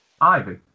Ivy